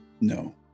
No